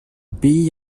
pays